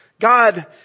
God